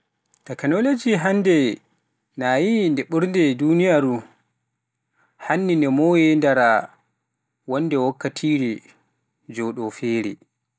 takanoloji hannde naayi nde ɓernde duniiyaaru, hanni ko moye ndara wonde wakkatire joɗo feere.